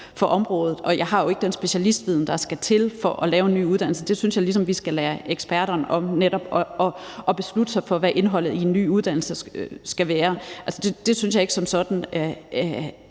på området, og jeg har jo ikke den specialistviden, der skal til for at lave en ny uddannelse. Det synes jeg ligesom vi skal lade eksperterne om – netop at beslutte, hvad indholdet i en ny uddannelse skal være. Altså, jeg synes ikke, det